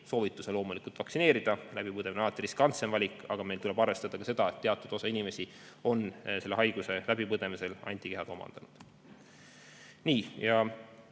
Soovitus on loomulikult vaktsineerida, läbipõdemine on alati riskantsem valik, aga meil tuleb arvestada ka seda, et teatud osa inimesi on selle haiguse läbipõdemisel antikehad omandanud. Nii jõuangi